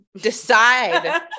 decide